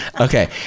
Okay